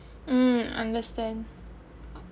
mm understand